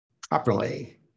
properly